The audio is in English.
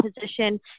position